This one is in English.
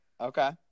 Okay